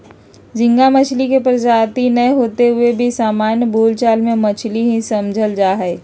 झींगा मछली के प्रजाति नै होते हुए भी सामान्य बोल चाल मे मछली ही समझल जा हई